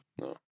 No